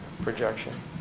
projection